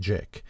Jack